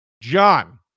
John